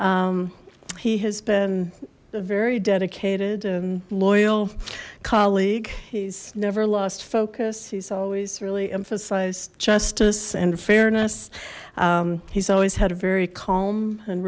city he has been very dedicated and loyal colleague he's never lost focus he's always really emphasized justice and fairness he's always had a very calm and